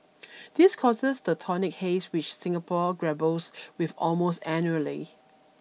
this causes the tonic haze which Singapore grapples with almost annually